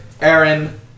Aaron